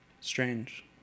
strange